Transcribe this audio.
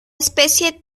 especie